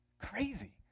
crazy